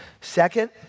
Second